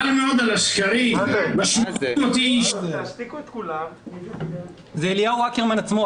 זה אליהו אקרמן עצמו.